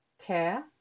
care